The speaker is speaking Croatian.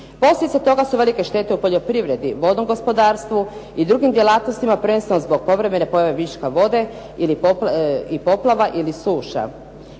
Posljedica toga su velike štete u poljoprivredi, vodnom gospodarstvu i drugim djelatnostima prvenstveno zbog povremene pojave viška vode i poplava, ili suša.